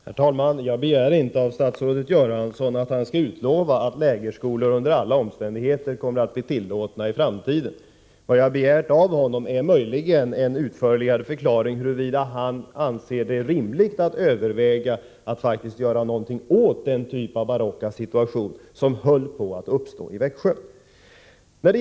Herr talman! Jag begär inte av statsrådet Göransson att han skall utlova att lägerskolor under alla omständigheter kommer att bli tillåtna i framtiden. Vad jag har begärt av honom är möjligen en utförligare förklaring huruvida han anser det rimligt att överväga att faktiskt göra någonting åt den typ av barocka situationer som höll på att uppstå i Växjö.